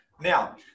Now